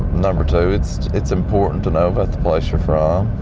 number two it's it's important to know about the place you're from.